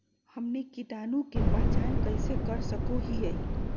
हमनी कीटाणु के पहचान कइसे कर सको हीयइ?